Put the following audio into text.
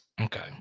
Okay